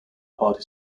party